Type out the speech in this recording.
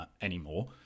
anymore